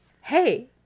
hey